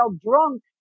drunk